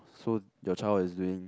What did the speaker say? so your child is doing